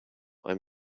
i’m